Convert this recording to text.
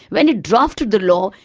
when it drafted the law,